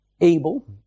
Abel